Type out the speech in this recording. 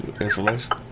information